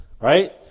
right